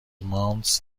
مانتس